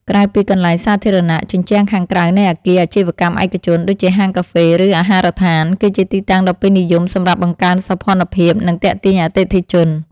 ក្រៅពីកន្លែងសាធារណៈ ជញ្ជាំងខាងក្រៅនៃអាគារអាជីវកម្មឯកជន ដូចជាហាងកាហ្វេ ឬអាហារដ្ឋាន គឺជាទីតាំងដ៏ពេញនិយមសម្រាប់បង្កើនសោភ័ណភាព និងទាក់ទាញអតិថិជន។